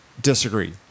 disagree